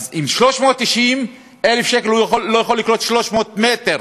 אז עם 390,000 שקל הוא לא יכול לקנות 300 מטר